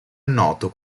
noto